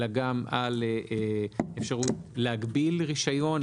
אלא גם אפשרות להגביל רישיון,